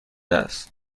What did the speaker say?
است